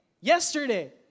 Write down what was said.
Yesterday